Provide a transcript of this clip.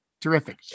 Terrific